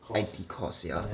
I_T course yeah